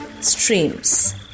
streams